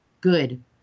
good